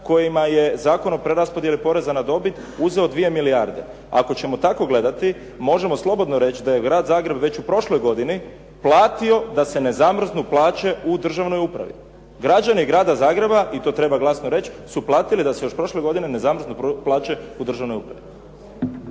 kojima je Zakon o preraspodjeli poreza na dobit uzeo dvije milijarde. Ako ćemo tako gledati, možemo slobodno reći da je Grad Zagreb već u prošloj godini platio da se ne zamrznu plaće u državnoj upravi. Građane Grada Zagreba, i to treba glasno reći, su platili da se još prošle godine ne zamrznu plaće u državnoj upravi.